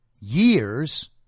years